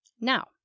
Now